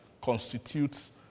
constitutes